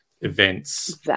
events